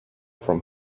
from